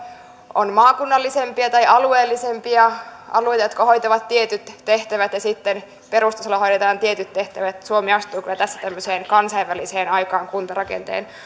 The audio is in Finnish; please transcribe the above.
on maakunnallisempia tai alueellisempia aloja jotka hoitavat tietyt tehtävät ja sitten perustasolla hoidetaan tietyt tehtävät suomi astuu kyllä tässä tämmöiseen kansainväliseen aikaan kuntarakenteen